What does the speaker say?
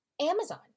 Amazon